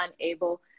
unable